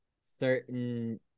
certain